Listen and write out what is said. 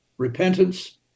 repentance